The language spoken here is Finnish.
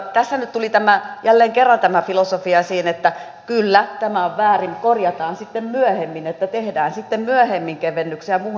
tässä nyt tuli jälleen kerran tämä filosofia esiin että kyllä tämä on väärin korjataan sitten myöhemmin tehdään sitten myöhemmin kevennyksiä muuhun